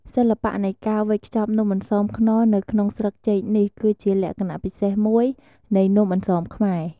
សិល្បៈនៃការវេចខ្ចប់នំអន្សមខ្នុរនៅក្នុងស្លឹកចេកនេះ គឺជាលក្ខណៈពិសេសមួយនៃនំអន្សមខ្មែរ។